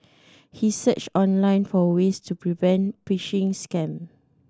he searched online for ways to prevent phishing scam